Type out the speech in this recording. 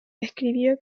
escribió